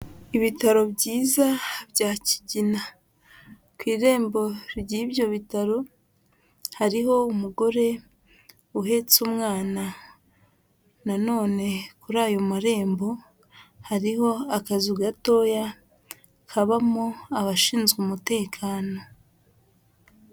Ibitaro byiza bya kigina ku irembo ry'ibyo bitaro hariho umugore uhetse umwana none kuri ayo marembo hariho akazu gatoya kabamo abashinzwe umutekano.